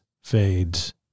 fades